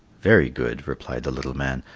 very good, replied the little man,